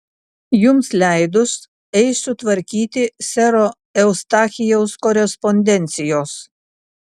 jums leidus eisiu tvarkyti sero eustachijaus korespondencijos